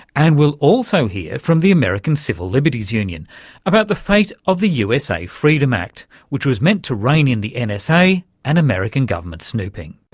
and we'll also hear from the american civil liberties union about the fate of the usa freedom act, which was meant to rein-in the and nsa and american government snooping. but